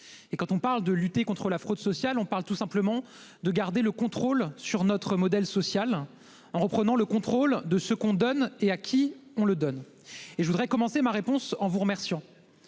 Et quand on parle de lutter contre la fraude sociale, on parle tout simplement de garder le contrôle sur notre modèle social. En reprenant le contrôle de ce qu'on donne et à qui on le donne et je voudrais commencer ma réponse en vous remerciant.